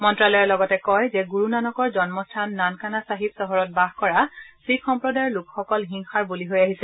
মন্ত্যালয়ে লগতে কয় যে গুৰু নানকৰ জন্মস্থান নানকানা ছাহিব চহৰত বাস কৰা শিখ সম্প্ৰদায়ৰ লোকসকল হিংসাৰ বলি হৈ আহিছে